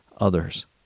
others